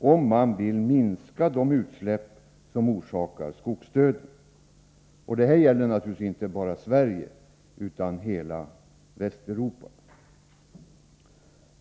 om man vill minska de utsläpp som orsakar skogsdöden. Det gäller naturligtvis inte bara Sverige, utan hela Västeuropa.